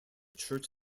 church